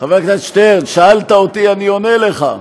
חבר הכנסת שטרן, שאלת אותי, אני עונה לך.